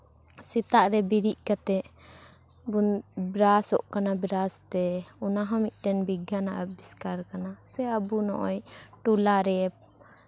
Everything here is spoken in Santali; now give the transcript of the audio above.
ᱥᱮᱛᱟᱜ ᱨᱤ ᱵᱮᱨᱮᱫ ᱠᱟᱛᱮ ᱵᱚᱱ ᱵᱨᱟᱥᱚᱜ ᱠᱟᱱᱟ ᱵᱨᱟᱥ ᱛᱮ ᱚᱱᱟ ᱦᱚᱸ ᱢᱤᱫᱴᱮᱱ ᱵᱤᱜᱽᱜᱟᱱᱟᱜ ᱟᱵᱤᱥᱠᱟᱨ ᱠᱟᱱᱟ ᱥᱮ ᱟᱵᱚ ᱱᱚᱜᱼᱚᱭ ᱴᱚᱞᱟ ᱨᱮ